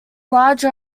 large